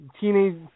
teenage